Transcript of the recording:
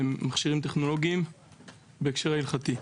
למכשירים טכנולוגיים בהקשר הלכתי.